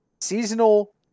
Seasonal